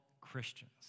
Christians